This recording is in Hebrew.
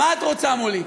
מה את רוצה מולי,